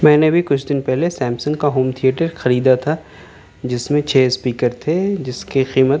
میں نے ابھی کچھ دن پہلے سیمسنگ کا ہوم تھیٹر خریدا تھا جس میں چھ اسپیکر تھے جس کی قیمت